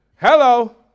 Hello